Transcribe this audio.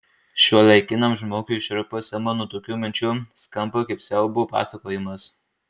šiuolaikiniam žmogui šiurpas ima nuo tokių minčių skamba kaip siaubo pasakojimas